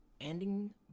Ending